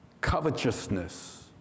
Covetousness